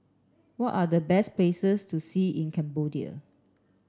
what are the best places to see in Cambodia